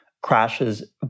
crashes